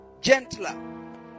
gentler